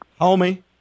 Homie